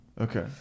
Okay